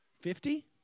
fifty